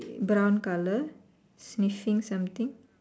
brown colour sniffing something